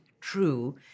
true